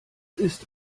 ist